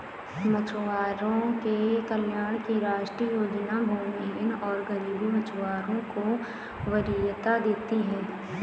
मछुआरों के कल्याण की राष्ट्रीय योजना भूमिहीन और गरीब मछुआरों को वरीयता देती है